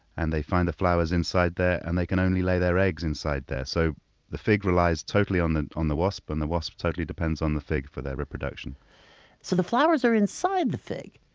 and they find the flowers inside and they can only lay their eggs inside there. so the fig relies totally on the on the wasp and the wasp totally depends on the fig for their reproduction so the flowers are inside the fig?